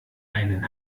einen